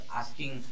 asking